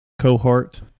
cohort